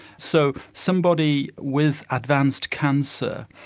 so somebody with advanced cancer,